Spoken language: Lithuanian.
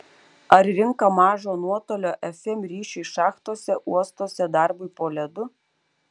ar rinka mažo nuotolio fm ryšiui šachtose uostuose darbui po ledu